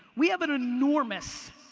we have an enormous,